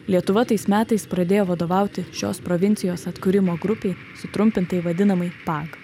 lietuva tais metais pradėjo vadovauti šios provincijos atkūrimo grupei sutrumpintai vadinamai pag